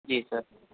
जी sir